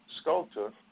sculptor